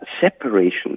separation